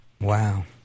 Wow